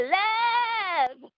love